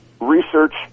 research